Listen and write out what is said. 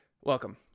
welcome